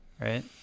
right